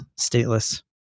stateless